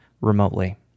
remotely